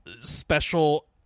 special